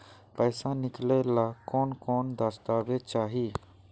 पैसा निकले ला कौन कौन दस्तावेज चाहिए?